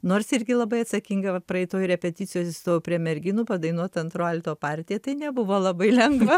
nors irgi labai atsakinga va praeitoj repeticijoj atsistojau prie merginų padainuot antro alto partiją tai nebuvo labai lengva